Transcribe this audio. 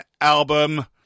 album